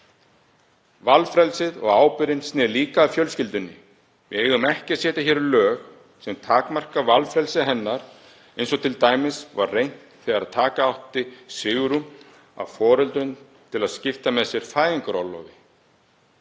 Valfrelsið og ábyrgðin snýr líka að fjölskyldunni. Við eigum ekki að setja hér lög sem takmarka valfrelsi hennar, eins og til dæmis var reynt þegar taka átti allt svigrúm af foreldrum til að skipta með sér fæðingarorlofi.